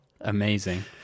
amazing